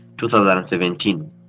2017